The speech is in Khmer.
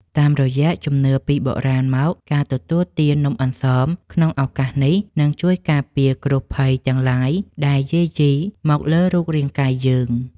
តាមរយៈជំនឿពីបុរាណមកការទទួលទាននំអន្សមក្នុងឱកាសនេះនឹងជួយការពារគ្រោះភ័យទាំងឡាយដែលយាយីមកលើរូបរាងកាយយើង។